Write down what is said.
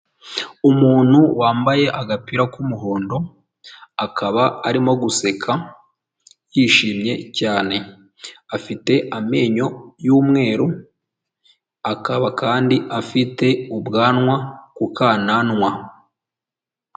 Umuntu wambaye agapira k'umuhondo akaba arimo guseka yishimye cyane, afite amenyo y'umweru akaba kandi afite ubwanwa ku kananwa.